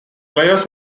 players